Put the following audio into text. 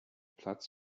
platz